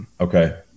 Okay